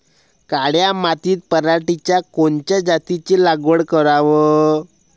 काळ्या मातीत पराटीच्या कोनच्या जातीची लागवड कराव?